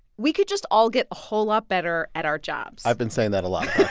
we could just all get a whole lot better at our jobs i've been saying that a lot